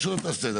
או שלא תעשה את זה,